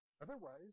Otherwise